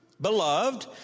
beloved